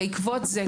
בעקבות זה,